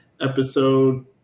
episode